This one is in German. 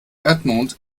erdmond